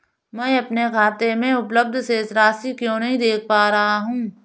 मैं अपने बैंक खाते में उपलब्ध शेष राशि क्यो नहीं देख पा रहा हूँ?